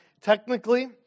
Technically